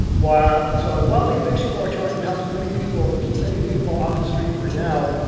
while so while the eviction moratorium helps many people keep any people off the street for now,